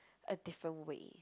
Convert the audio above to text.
a different way